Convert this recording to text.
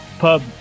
Pub